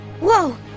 Whoa